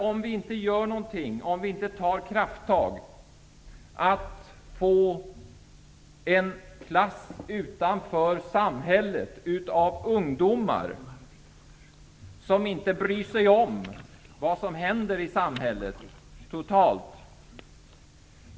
Om vi inte tar krafttag kommer vi att få en klass som står utanför samhället bestående av ungdomar som inte bryr sig om vad som händer i samhället.